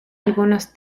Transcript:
algunos